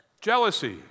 Jealousy